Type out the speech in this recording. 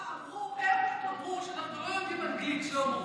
אה, הם אמרו שאנחנו לא יודעים אנגלית, שלמה.